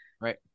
Right